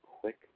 quick